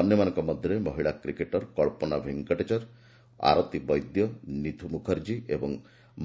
ଅନ୍ୟମାନଙ୍କ ମଧ୍ୟରେ ମହିଳା କ୍ରିକେଟ୍ର କ୍ସନା ଭେଙ୍କଟଚର୍ ଆରତୀ ବୈଦ୍ୟ ନିଥୁ ମୁଖାର୍ଜୀ ଏବଂ